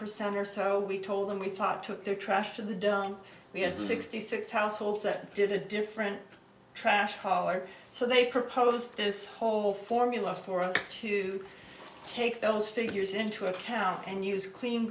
percent or so we told them we thought took their trash to the done we had sixty six households that did a different trash hauler so they proposed this whole formula for us to take those figures into account and use clean